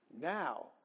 Now